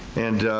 and